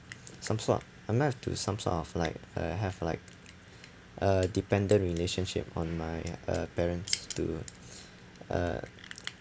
some soa~ I'm not have to some sort of like uh have like uh dependent relationship on my uh parents to uh